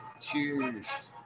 Cheers